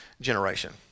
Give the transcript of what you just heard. generation